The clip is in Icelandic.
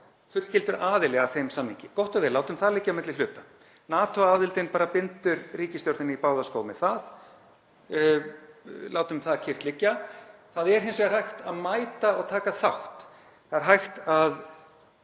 fullgildur aðili að þeim samningi. Gott og vel, látum það liggja á milli hluta. NATO-aðildin bindur ríkisstjórnina í báða skó með það, látum það kyrrt liggja. Það er hins vegar hægt að mæta og taka þátt. Það er hægt að